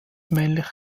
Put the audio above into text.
männliche